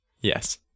Yes